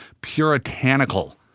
puritanical